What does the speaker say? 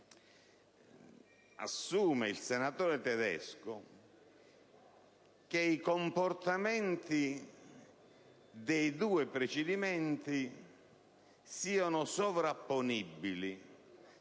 Assume il senatore Tedesco che i comportamenti dei due procedimenti siano sovrapponibili,